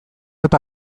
eta